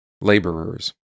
Laborers